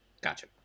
Gotcha